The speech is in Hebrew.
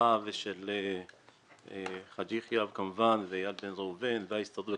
ושל חברי הכנסת חאג' יחיא ובן ראובן וההסתדרות.